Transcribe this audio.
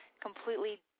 completely